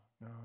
no